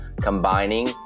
combining